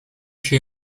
przy